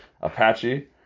Apache